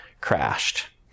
crashed